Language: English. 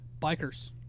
Bikers